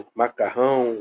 macarrão